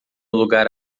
lugar